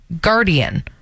guardian